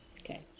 Okay